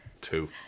two